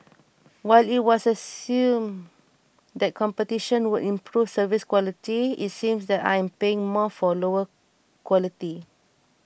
while it was assumed that competition would improve service quality it seems that I am paying more for lower quality